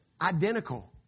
identical